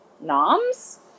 Noms